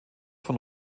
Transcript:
von